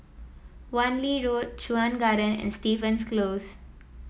Wan Lee Road Chuan Garden and Stevens Close